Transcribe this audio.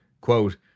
quote